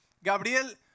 Gabriel